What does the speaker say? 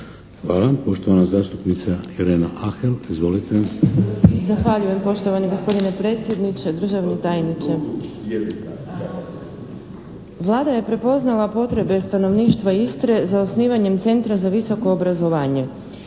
Hvala. Poštovana zastupnica Helena Ahel. Izvolite. **Ahel, Irena (HDZ)** Zahvaljujem poštovani gospodine predsjedniče, državni tajniče. Vlada je prepoznala potrebe stanovništva Istre za osnivanjem centra za visoko obrazovanje.